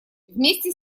вместе